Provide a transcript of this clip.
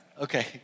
Okay